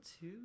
two